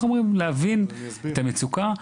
להבין את המצוקה,